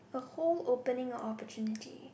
a whole opening of opportunity